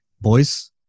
boys